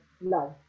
love